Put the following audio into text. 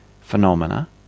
phenomena